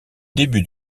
début